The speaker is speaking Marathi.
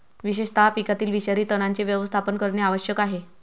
विशेषतः पिकातील विषारी तणांचे व्यवस्थापन करणे आवश्यक आहे